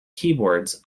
keyboards